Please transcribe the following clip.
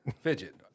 Fidget